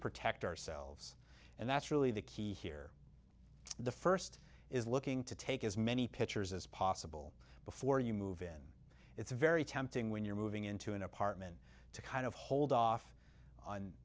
protect ourselves and that's really the key here the first is looking to take as many pictures as possible before you move in it's very tempting when you're moving into an apartment to kind of hold off on